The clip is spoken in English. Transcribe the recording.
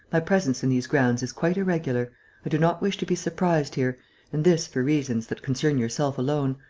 my presence in these grounds is quite irregular. i do not wish to be surprised here and this for reasons that concern yourself alone.